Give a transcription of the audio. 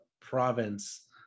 province